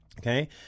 okay